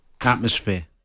Atmosphere